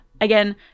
again